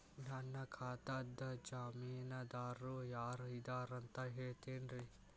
ನನ್ನ ಖಾತಾದ್ದ ಜಾಮೇನದಾರು ಯಾರ ಇದಾರಂತ್ ಹೇಳ್ತೇರಿ?